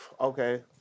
Okay